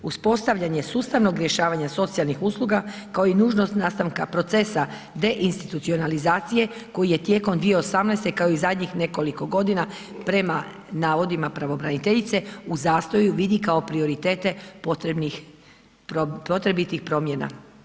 Uspostavljenje sustavnog rješavanja socijalnih usluga, kao i nužnost nastanka procesa deinstitucionalizacije koji je tijekom 2018. kao i zadnjih nekoliko godina, prema navodima pravobraniteljice, u zastoju vidi kao prioritete potrebitih promjena.